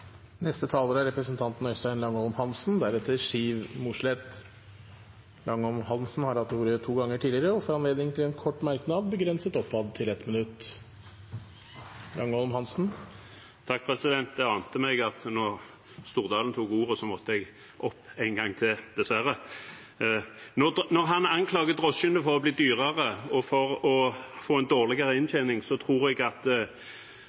Representanten Øystein Langholm Hansen har hatt ordet to ganger tidligere og får ordet til en kort merknad, begrenset til 1 minutt. Det ante meg at når representanten Stordalen tok ordet, måtte jeg opp en gang til, dessverre. Når han anklager drosjene for å bli dyrere og for å få en dårligere inntjening, tror jeg